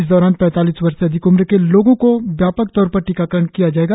इस दैरान पैतालीस वर्ष से अधिक उम्र के लोगो का व्यापक तौर पर टीकाकरण किया जाएगा